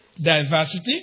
diversity